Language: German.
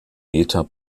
meter